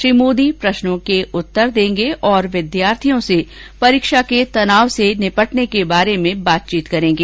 श्री मोदी प्रश्नों के उत्तर देंगे और विद्यार्थियों से परीक्षा के तनाव से निपटने के बारे में बातचीत करेंगे